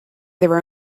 their